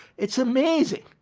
it's amazing.